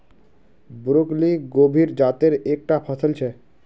broccoli गोभीर जातेर एक टा फसल छे